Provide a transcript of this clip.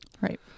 Right